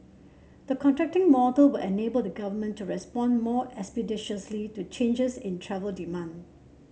the contracting model will enable the Government to respond more expeditiously to changes in travel demand